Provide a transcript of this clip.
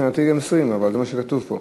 מבחינתי גם 20, אבל זה מה שכתוב פה.